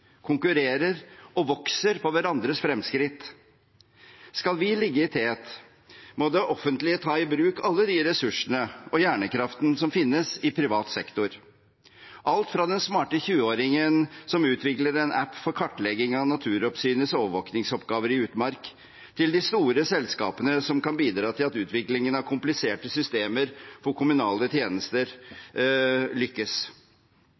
konkurrerer og vokser på hverandres fremskritt. Skal vi ligge i tet, må det offentlig ta i bruk alle de ressursene og hjernekraften som finnes i privat sektor – alt fra den smarte 20-åringen som utvikler en app for kartlegging av Naturoppsynets overvåkningsoppgaver i utmark, til de store selskapene som kan bidra til at utviklingen av kompliserte systemer for kommunale tjenester lykkes.